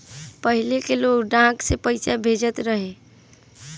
पहिले के लोग डाक से पईसा भेजत रहे